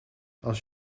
als